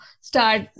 start